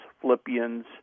Philippians